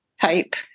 type